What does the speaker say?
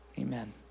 Amen